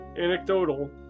anecdotal